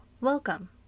welcome